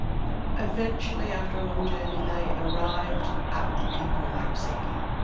kind of ah eventually after a long journey they arrived at the people they were seeking,